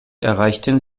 erreichten